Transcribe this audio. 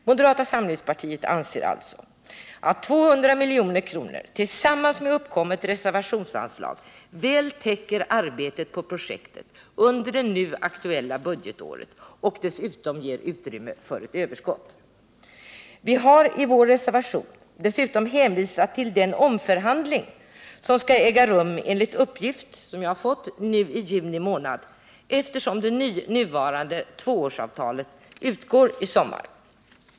Moderata samlingspartiet anser alltså att 200 milj.kr. tillsammans med uppkommet reservationsanslag väl täcker arbetet på projektet under det nu aktuella budgetåret och dessutom ger utrymme för ett överskott. Vi har i vår reservation dessutom hänvisat till den omförhandling som enligt uppgift som jag fått skall äga rum nu i juni månad, eftesom det nuvarande tvåårsavtalet utgår i sommar.